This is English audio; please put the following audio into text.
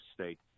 state